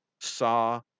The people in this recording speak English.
saw